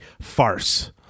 farce